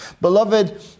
Beloved